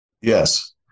Yes